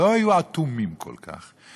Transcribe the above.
לא היו אטומים כל כך.